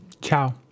Ciao